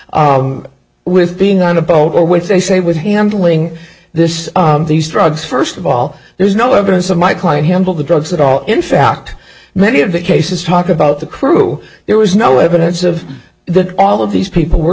or with being on a boat or which they say was handling this these drugs first of all there's no evidence of my client handled the drugs at all in fact many of the cases talk about the crew there was no evidence of the all of these people were